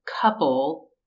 couple